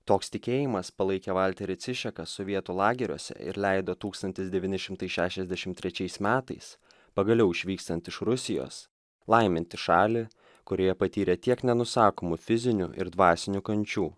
toks tikėjimas palaikė valterį cišaką sovietų lageriuose ir leido tūkstantis devyni šimtai šešiasdešim trečiais metais pagaliau išvykstant iš rusijos laiminti šalį kurioje patyrė tiek nenusakomų fizinių ir dvasinių kančių